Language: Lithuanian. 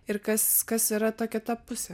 ir kas kas yra ta kita pusė